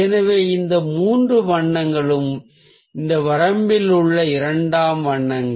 எனவே இந்த மூன்று வண்ணங்களும் இந்த வரம்பில் உள்ள இரண்டாம் நிலை வண்ணங்கள்